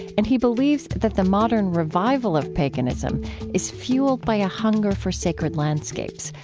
and he believes that the modern revival of paganism is fueled by a hunger for sacred landscapes,